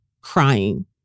crying